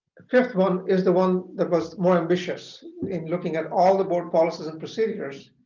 fifth one is the one that was more ambitious in looking at all the board policies and procedures.